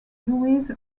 louise